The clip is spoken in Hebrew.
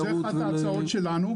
זאת אחת ההצעות שלנו,